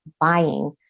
buying